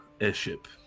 airship